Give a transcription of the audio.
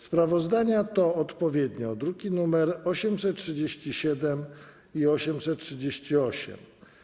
Sprawozdania to odpowiednio druki nr 837 i 838.